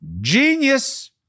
Genius